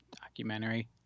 documentary